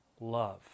Love